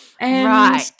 Right